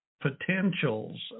potentials